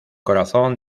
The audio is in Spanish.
corazón